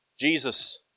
Jesus